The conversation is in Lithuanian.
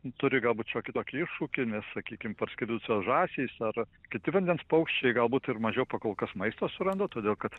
turi galbūt šiokį tokį iššūkį nes sakykim parskridusios žąsys ar kiti vandens paukščiai galbūt ir mažiau pakolkas maisto suranda todėl kad